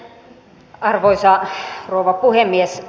arvoisa rouva puhemies